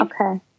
Okay